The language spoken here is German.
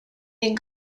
den